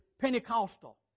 Pentecostal